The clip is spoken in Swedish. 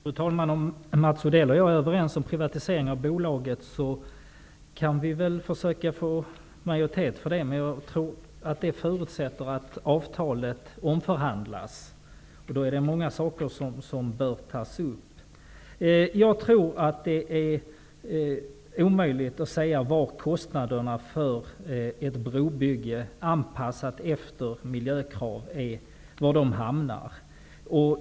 Fru talman! Om Mats Odell och jag är överens om en privatisering av bolaget kan vi väl försöka få majoritet för det förslaget, men jag tror att det förutsätter att avtalet omförhandlas, och då är det många saker som bör tas upp. Jag tror att det är omöjligt att säga var kostnaderna för ett brobygge anpassat efter miljökrav hamnar.